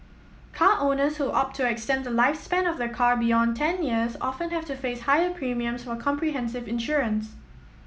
car owners who opt to extend the lifespan of their car beyond ten years often have to face higher premiums for comprehensive insurance